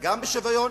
גם בשוויון,